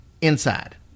inside